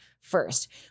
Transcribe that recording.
First